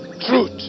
truth